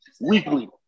weekly